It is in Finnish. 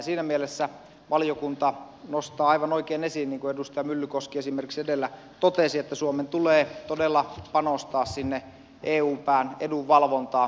siinä mielessä valiokunta nostaa aivan oikein esiin niin kuin edustaja myllykoski esimerkiksi edellä totesi että suomen tulee todella panostaa sinne eun pään edunvalvontaan